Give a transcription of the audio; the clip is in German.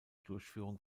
durchführung